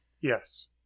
yes